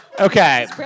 Okay